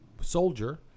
soldier